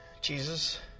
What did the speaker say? Jesus